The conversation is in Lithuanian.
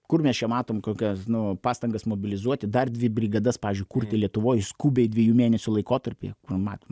kur mes čia matom kokias nu pastangas mobilizuoti dar dvi brigadas pavyzdžiui kurti lietuvoj is skubiai dviejų mėnesių laikotarpyje kur matom